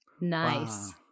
nice